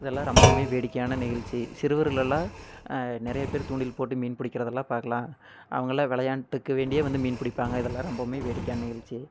இதெல்லாம் ரொம்பவுமே வேடிக்கையான நிகழ்ச்சி சிறுவர்களெல்லாம் நிறைய பேர் தூண்டில் போட்டு மீன் பிடிக்கிறதெல்லாம் பார்க்கலாம் அவங்களாம் விளையாண்ட்டுக்கு வேண்டியே வந்து மீன் பிடிப்பாங்க இதெல்லாம் ரொம்பவுமே வேடிக்கையான நிகழ்ச்சி